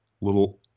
little